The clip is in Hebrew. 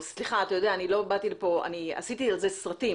סליחה, אתה יודע, עשיתי על זה סרטים.